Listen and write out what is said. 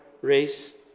race